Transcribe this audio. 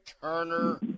Turner